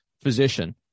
physician